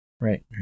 Right